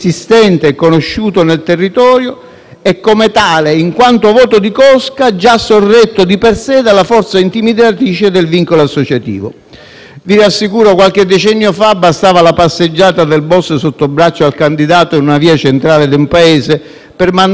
e come tale, in quanto voto di cosca, già sorretto di per sé dalla forza intimidatrice del vincolo associativo. Vi assicuro che qualche decennio fa bastava la passeggiata del boss sotto braccio al candidato nella via centrale di un paese per mandare con forza un messaggio molto chiaro,